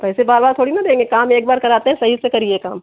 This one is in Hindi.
पैसे बार बार थोड़ी देंगे काम एक बार कराते हैं सही से करिए काम